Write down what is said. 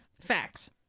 Facts